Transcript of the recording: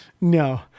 No